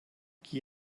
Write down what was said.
qui